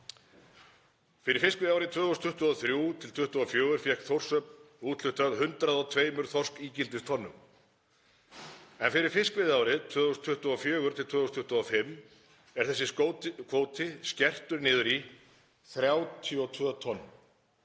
Fyrir fiskveiðiárið 2023–2024 fékk Þórshöfn úthlutað 102 þorskígildistonnum en fyrir fiskveiðiárið 2024–2025 er þessi kvóti skertur niður í 32 tonn“